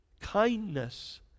kindness